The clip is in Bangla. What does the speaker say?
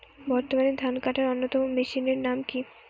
বর্তমানে ধান কাটার অন্যতম মেশিনের নাম কি?